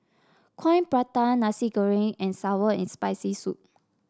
Coin Prata Nasi Goreng and sour and Spicy Soup